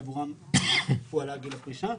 שעבורם הועלה גיל הפרישה,